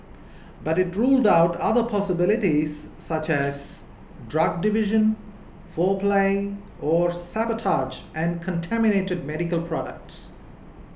but it ruled out other possibilities such as drug diversion foul play or sabotage and contaminated medical products